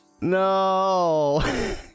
No